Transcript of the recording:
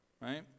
right